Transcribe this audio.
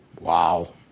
wow